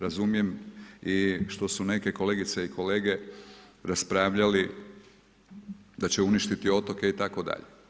Razumijem i što su neke kolegice i kolege raspravljali da će uništiti otoke itd.